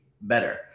better